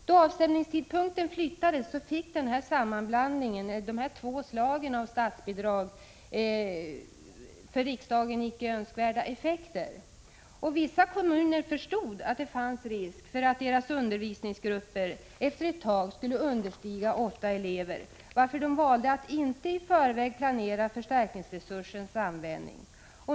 Då avstämningstidpunkten flyttades fick sammanblandningen av dessa två olika statsbidrag för riksdagen icke önskvärda effekter. Vissa kommuner förstod att det fanns risk för att antalet elever i deras undervisningsgrupper efter ett tag skulle understiga 8, varför de valde att inte i förväg planera förstärkningsresursens användning.